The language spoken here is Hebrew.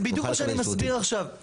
זה בדיוק מה שאני מסביר עכשיו.